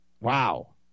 Wow